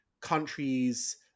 countries